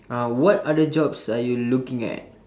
uh what other jobs are you looking at